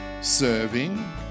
serving